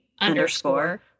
underscore